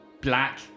Black